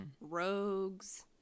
rogues